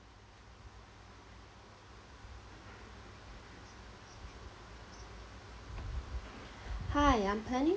hi I'm planning